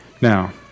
Now